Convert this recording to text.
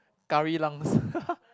curry lungs haha